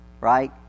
right